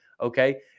Okay